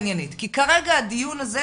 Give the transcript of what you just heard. זאת לא תשובה עניינית כי כרגע הדיון הזה,